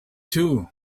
too